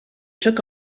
took